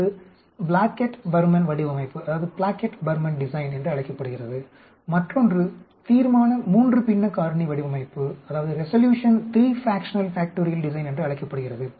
ஒன்று Plackett Burman வடிவமைப்பு என்று அழைக்கப்படுகிறது மற்றொன்று தீர்மான மூன்று பின்ன காரணி வடிவமைப்பு என்று அழைக்கப்படுகிறது